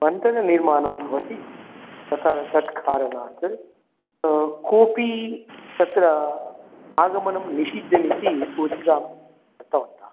ननिर्माणं भवति तथा तत्कारणात् कोपि तत्र आगमणम् निषिद्धम् इति सूचना दत्तवन्तः